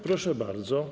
Proszę bardzo.